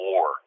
War